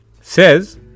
says